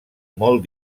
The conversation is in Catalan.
molt